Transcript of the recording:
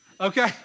okay